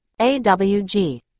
awg